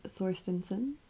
Thorstenson